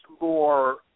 more